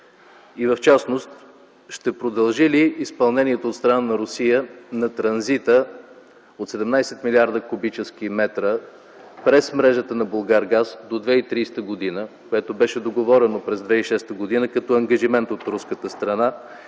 и в частност ще продължи ли изпълнението от страна на Русия на транзита от 17 млрд. кубически метра през мрежата на „Булгаргаз” до 2030 г., което беше договорено през 2006 г. като ангажимент от руската страна